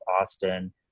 Austin